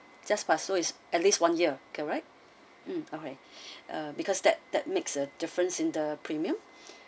just passed so it's at least one year okay right mm okay uh because that that makes a difference in the premium